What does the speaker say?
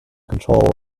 control